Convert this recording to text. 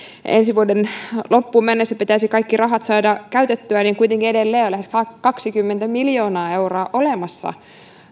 ensi vuoden loppuun mennessä pitäisi kaikki rahat saada käytettyä niin kuitenkin edelleen on lähes kaksikymmentä miljoonaa euroa olemassa